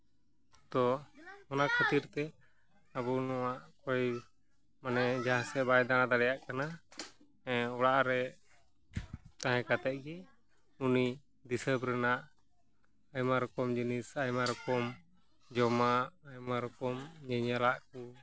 ᱛᱳ ᱚᱱᱟ ᱠᱷᱟᱹᱛᱤᱨ ᱛᱮ ᱟᱵᱚ ᱱᱚᱣᱟ ᱚᱠᱚᱭ ᱢᱟᱱᱮ ᱡᱟᱦᱟᱸ ᱥᱮᱫ ᱵᱟᱭ ᱫᱟᱬᱟ ᱫᱟᱲᱮᱭᱟᱜ ᱠᱟᱱᱟ ᱦᱮᱸ ᱚᱲᱟᱜ ᱨᱮ ᱛᱟᱦᱮᱸ ᱠᱟᱛᱮᱫ ᱜᱮ ᱩᱱᱤ ᱫᱤᱥᱚᱢ ᱨᱮᱱᱟᱜ ᱟᱭᱢᱟ ᱨᱚᱠᱚᱢ ᱡᱤᱱᱤᱥ ᱟᱭᱢᱟ ᱨᱚᱠᱚᱢ ᱡᱚᱢᱟᱜ ᱟᱭᱢᱟ ᱨᱚᱠᱚᱢ ᱧᱮᱧᱮᱞᱟᱜ ᱠᱚ